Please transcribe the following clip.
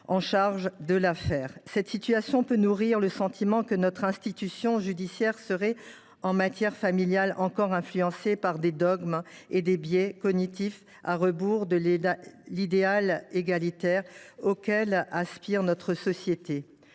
chargé de l’affaire. Cette situation peut nourrir le sentiment que notre institution judiciaire serait, en matière familiale, encore influencée par des dogmes et des biais cognitifs allant à rebours de l’idéal égalitaire auquel aspire notre société.